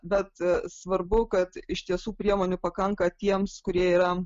bet svarbu kad iš tiesų priemonių pakanka tiems kurie yra